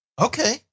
Okay